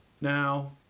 Now